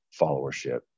followership